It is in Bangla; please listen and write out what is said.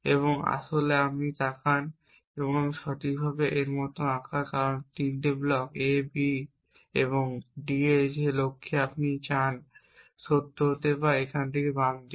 এবং আসলে আপনি তাকান আমি সঠিকভাবে এই মত আঁকা কারণ 3 ব্লক A B এবং D যে লক্ষ্যে আপনি চান সত্য হতে বা এখানে বাম দিকে